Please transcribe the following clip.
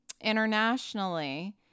internationally